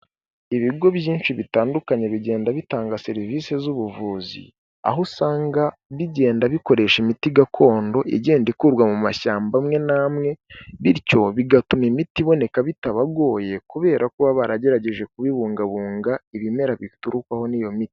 Ibigo byinshi bitandukanye bigenda bitanga serivisi z'ubuvuzi, aho usanga bigenda bikoresha imiti gakondo igenda ikurwa mu mashyamba amwe n'amwe, bityo bigatuma imiti iboneka bitabagoye, kubera ko baba baragerageje kubibungabunga, ibimera biturukwaho n'iyo miti.